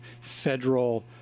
federal